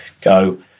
go